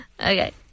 Okay